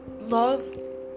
laws